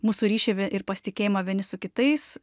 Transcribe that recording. mūsų ryšį ve ir pasitikėjimą vieni su kitais